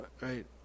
right